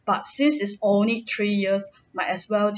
but since is only three years might as well